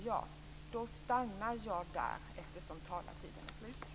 Jag stannar där eftersom min talartid är slut.